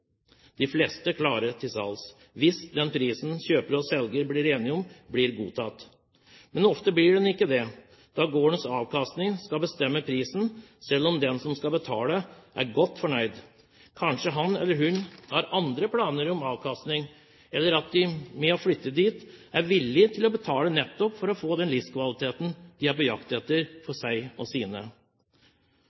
de fleste klare for salg hvis den prisen kjøper og selger blir enige om, blir godtatt. Men ofte blir den ikke det da gårdens avkastning skal bestemme prisen, selv om den som skal betale, er godt fornøyd. Kanskje han eller hun har andre planer om avkastning, eller at de ved å flytte dit er villige til å betale nettopp for å få den livskvaliteten de er på jakt etter for seg og sine.